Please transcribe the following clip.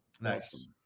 nice